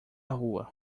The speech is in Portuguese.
rua